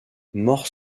mort